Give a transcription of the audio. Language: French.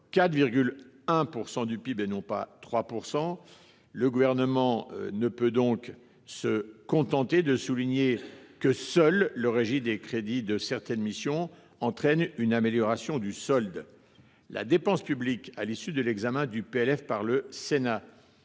4,1 % du PIB, et non pas 3 %. Le Gouvernement ne peut donc pas se contenter de souligner que c’est le seul rejet des crédits de certaines missions qui entraîne une amélioration du solde. La dépense publique, à l’issue de l’examen du PLF par le Sénat,